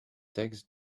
takes